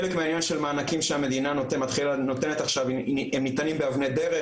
חלק מהעניין של מענקים שהמדינה נותנת עכשיו הם ניתנים באבני דרך,